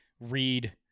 read